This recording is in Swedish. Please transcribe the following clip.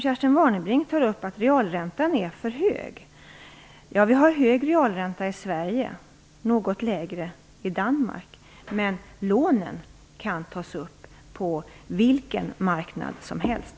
Kerstin Warnerbring tar upp detta att realräntan är för hög. Ja, vi har hög realränta i Sverige, medan den är något längre i Danmark. Men lånen kan tas upp på vilken marknad som helst.